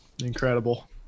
incredible